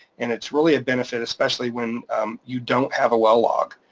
and it's really a benefit, especially when you don't have a well log.